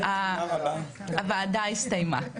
הוועדה הסתיימה.